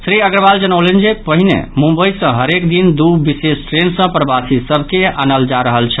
श्री अग्रवाल जनौलनि जे पहिने मुंबई सँ हरेक दिन दू विशेष ट्रेन सँ प्रवासी सभ के आनल जा रहल छल